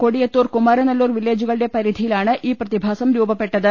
കൊടിയത്തൂർ കുമാരനല്ലൂർ വില്ലേജുകളുടെ പരിധിയിലാണ് ഈ പ്രതിഭാസം രൂപപ്പെട്ടത്